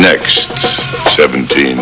next sevent